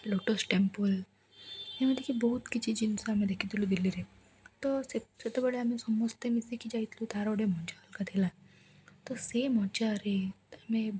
lotus Temple ଏମିତିକି ବହୁତ କିଛି ଜିନିଷ ଆମେ ଦେଖିଥିଲୁ ବିଲ୍ଲୀରେ ତ ସେତେବେଳେ ଆମେ ସମସ୍ତେ ମିଶିକି ଯାଇଥିଲୁ ତା'ର ଗୋଟେ ମଜା ଅଲଗା ଥିଲା ତ ସେ ମଜାରେ ଆମେ